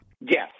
Yes